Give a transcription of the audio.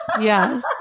Yes